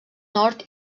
nord